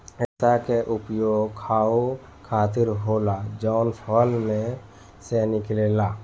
रेसा के उपयोग खाहू खातीर होला जवन फल में से निकलेला